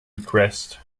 request